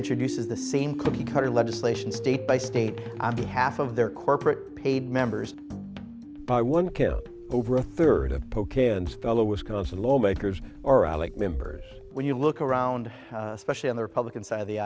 introduces the same cookie cutter legislation state by state on behalf of their corporate paid members by one kill over a third of polk a and fellow wisconsin lawmakers are like members when you look around especially on the republican side of the